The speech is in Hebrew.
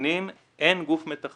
הסיכונים אין גוף מתכלל.